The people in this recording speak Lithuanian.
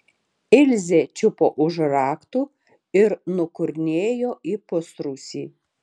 ilzė čiupo už raktų ir nukurnėjo į pusrūsį